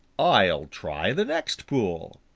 i'll try the next pool.